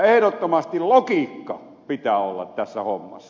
ehdottomasti logiikka pitää olla tässä hommassa